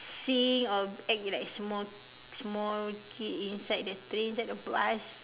see or act like small small kid inside the train inside the bus